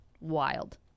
Wild